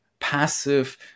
passive